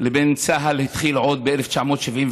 לבין צה"ל התחיל עוד ב-1978,